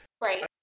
Right